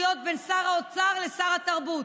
הסמכויות בין שר האוצר לשר התרבות,